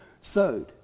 sowed